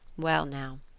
well now,